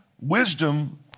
wisdom